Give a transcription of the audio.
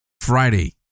Friday